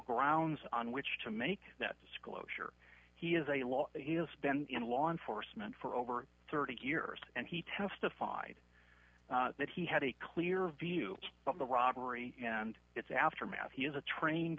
grounds on which to make that disclosure he is a law he'll spend in law enforcement for over thirty years and he testified that he had a clear view of the robbery and its aftermath he is a trained